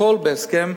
הכול בהסכם,